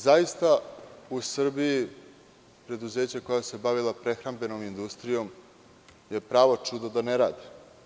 Zaista u Srbiji preduzeća koja su se bavila prehrambenom industrijom je pravo čudo da ne rade.